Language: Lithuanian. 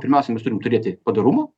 pirmiausia mes turim turėti padorumo